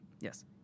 Yes